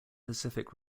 pacific